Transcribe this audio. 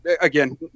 again